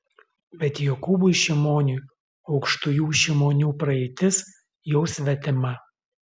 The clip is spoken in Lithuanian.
bet jokūbui šimoniui aukštųjų šimonių praeitis jau svetima